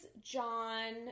John